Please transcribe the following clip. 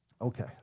okay